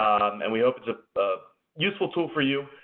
and we hope it's a useful tool for you.